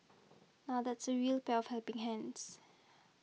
now that's a real pair of helping hands